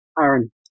Aaron